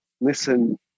listen